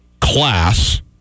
class